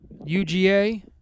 UGA